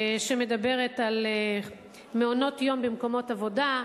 שמדברת על מעונות-יום במקומות עבודה,